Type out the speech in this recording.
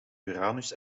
uranus